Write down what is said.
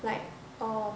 like oh